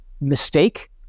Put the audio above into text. mistake